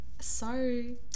Sorry